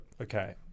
Okay